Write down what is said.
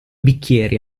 bicchieri